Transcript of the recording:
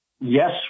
Yes